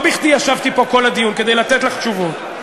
לא בכדי ישבתי פה כל הדיון, כדי לתת לך תשובות.